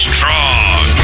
Strong